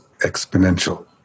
exponential